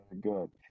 good